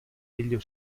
figlio